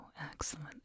Excellent